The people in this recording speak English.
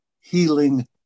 healing